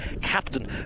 captain